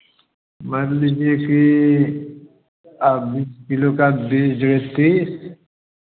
मान लीजिए की ब बीस किलो का बीस डेढ़ तीस